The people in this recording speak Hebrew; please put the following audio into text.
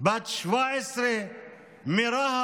בת 17 מרהט,